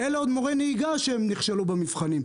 אלא עוד מורי נהיגה שנכשלו במבחנים,